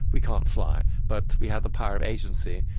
we can't fly, but we have the power of agency.